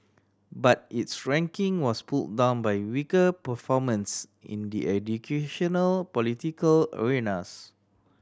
but its ranking was pull down by weaker performance in the educational political arenas